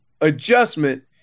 adjustment